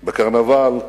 בקרנבל,